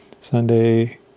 Sunday